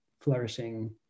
flourishing